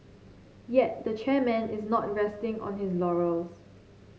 yet the chairman is not resting on his laurels